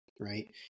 Right